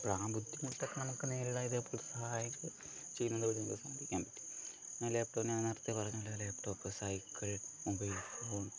അപ്പഴാ ബുദ്ധിമുട്ട് ഒക്കെ നമുക്ക് നേരിടാൻ ഇതേപോലെത്തെ സഹായങ്ങൾ ചെയ്യുന്നതു വഴി നമുക്ക് സാധിക്കാൻ പറ്റും ആ ലാപ്ടോപ്പ് ഞാൻ നേരത്തെ പറഞ്ഞപോല ആ ലാപ്ടോപ്പ് സൈക്കിൾ മൊബൈൽ ഫോൺ